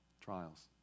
trials